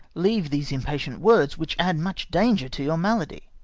leave these impatient words, which add much danger to your malady!